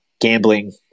gambling